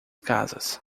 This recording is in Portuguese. casas